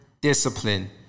discipline